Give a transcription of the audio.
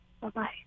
Bye-bye